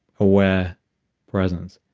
aware presence.